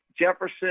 Jefferson